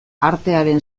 artearen